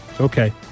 Okay